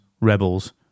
Rebels